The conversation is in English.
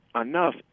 enough